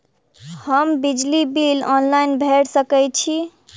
हम बिजली bill online भैर सकै छी?